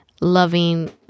loving